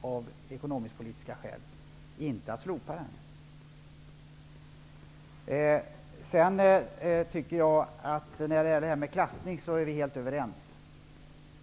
av ekonomisk-politiska skäl ville skjuta upp skattehöjningen, vi ville däremot inte slopa den. Vi är helt överens om att klassningen